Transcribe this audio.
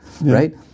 right